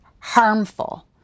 harmful